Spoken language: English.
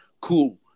Cool